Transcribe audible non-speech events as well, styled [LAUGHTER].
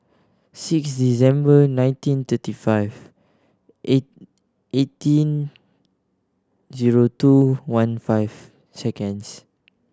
six December nineteen thirty five [UNINTELLIGIBLE] eighteen zero two one five seconds